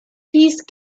peace